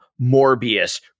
Morbius